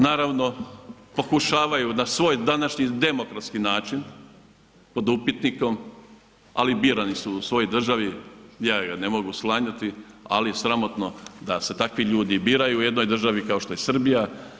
Naravno pokušavaju na svoj današnji demokratski način pod upitnikom, ali birani su u svojoj državi, ja joj ne mogu … ali sramotno da se takvi ljudi biraju u jednoj državi kao što je Srbija.